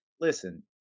Listen